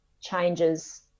changes